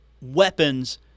weapons